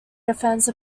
defense